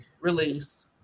release